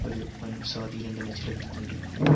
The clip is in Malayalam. ഒരു വൻ സ്വാധീനം തന്നെ ചെലുത്തുന്നുണ്ട്